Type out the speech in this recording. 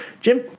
Jim